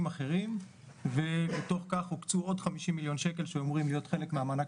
אחרים ובתוך כך הוקצו עוד 50 מיליון שקלים שאמורים להיות חלק מהמענק